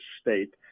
state